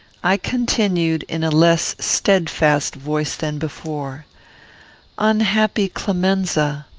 i continued, in a less steadfast voice than before unhappy clemenza!